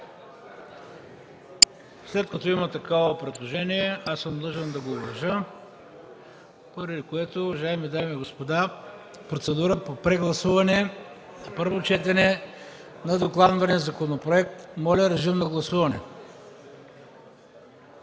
След като има такова предложение, длъжен съм да го уважа, поради което, уважаеми дами и господа, процедура по прегласуване на докладвания законопроект. Моля, режим на гласуване.